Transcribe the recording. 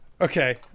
Okay